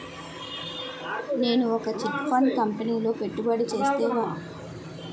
నేను ఒక chit fund కంపెనీలో పెట్టుబడి చేస్తే వారు టైమ్ ఇవ్వకపోయినా డబ్బు ఇంకా ఇవ్వడం లేదు ఏంటి చేయాలి?